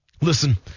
listen